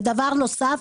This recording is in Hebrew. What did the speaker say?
ודבר נוסף,